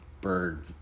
bird